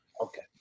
okay